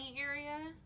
area